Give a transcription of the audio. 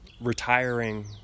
retiring